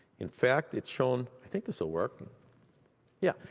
in fact, it's shown i think this will work yeah.